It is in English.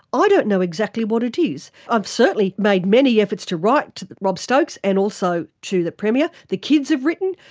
i don't know exactly what it is. i've certainly made many efforts to write to rob stokes and also to the premier, the kids have written,